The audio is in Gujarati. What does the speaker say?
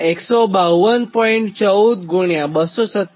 14257